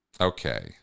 Okay